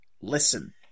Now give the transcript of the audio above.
Listen